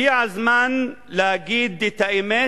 הגיע הזמן להגיד את האמת,